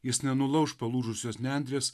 jis nenulauš palūžusios nendrės